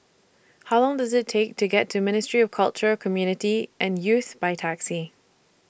How Long Does IT Take to get to Ministry of Culture Community and Youth By Taxi